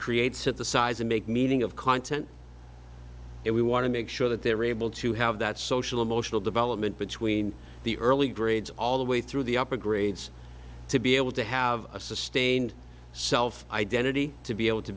create set the size and make meaning of content and we want to make sure that they're able to have that social emotional development between the early grades all the way through the upper grades to be able to have a sustained self identity to be able to